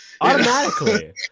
Automatically